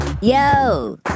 Yo